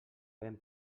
ben